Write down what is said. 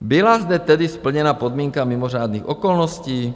Byla zde tedy splněna podmínka mimořádných okolností?